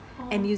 oh